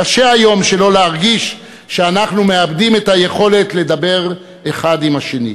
קשה היום שלא להרגיש שאנחנו מאבדים את היכולת לדבר האחד עם השני.